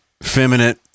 feminine